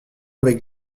avait